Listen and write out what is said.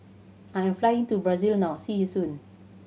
I am flying to Brazil now see you soon